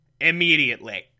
immediately